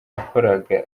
yakoraga